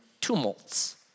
tumults